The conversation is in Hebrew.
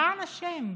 למען השם.